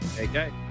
Okay